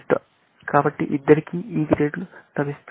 కాబట్టి ఇద్దరికీ E గ్రేడ్లు లభిస్తాయి